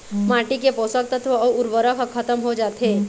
माटी के पोसक तत्व अउ उरवरक ह खतम हो जाथे